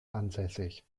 ansässig